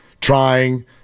trying